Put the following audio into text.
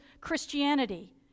Christianity